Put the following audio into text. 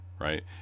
right